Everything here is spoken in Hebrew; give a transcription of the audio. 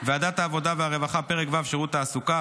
ועדת העבודה והרווחה: פרק ו' שירות התעסוקה.